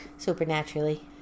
Supernaturally